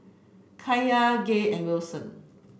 Kaiya Gay and Wilson